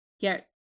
get